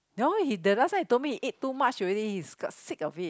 no he the last time he told me eat too much already he got sick of it